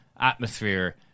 atmosphere